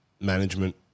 Management